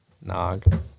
Nog